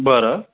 बरं